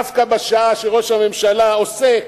דווקא בשעה שראש הממשלה עוסק,